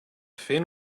fin